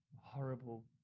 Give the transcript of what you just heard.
horrible